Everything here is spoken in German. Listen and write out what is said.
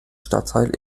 stadtteil